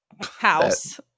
House